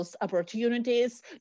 opportunities